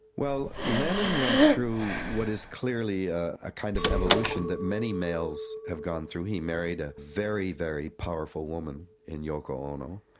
well, lennon went through what is clearly ah a kind of evolution that many males have gone through. he married a very, very powerful woman in yoko ono.